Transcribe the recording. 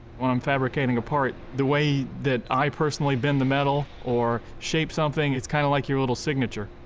when i'm fabricating a part, the way that i personally bend the metal or shape something, it's kind of like your little signature.